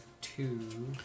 Two